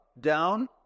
down